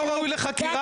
זה לא ראוי לחקירה?